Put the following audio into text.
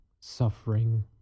suffering